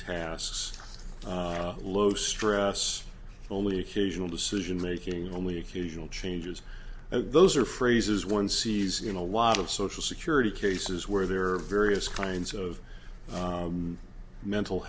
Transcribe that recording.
tasks low stress only occasional decisionmaking only occasional changes those are phrases one sees in a lot of social security cases where there are various kinds of mental